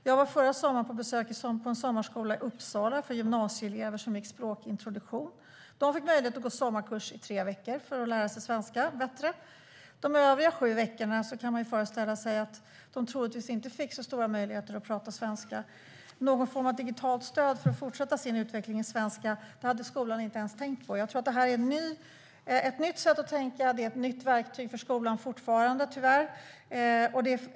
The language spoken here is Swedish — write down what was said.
Jag var förra sommaren på besök på en sommarskola i Uppsala för gymnasieelever som gick språkintroduktion. De fick möjlighet att gå på sommarkurs i tre veckor för att lära sig svenska bättre. De övriga sju veckorna på sommarlovet fick de troligtvis ingen större möjlighet att tala svenska. Någon form av digitalt stöd för att de skulle kunna fortsätta sin utveckling i svenska hade skolan inte ens tänkt på. Detta är ett nytt sätt att tänka. Det är ett nytt verktyg för skolan fortfarande, tyvärr.